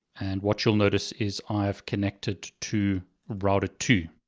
and what you'll notice is i've connected to router two.